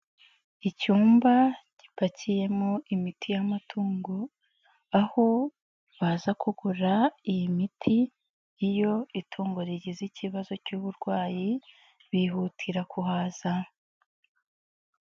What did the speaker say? Icyumba gipakiyemo imiti y'amatungo aho baza kugura iyi miti iyo itungo rigize ikibazo cy'uburwayi bihutira kuhaza.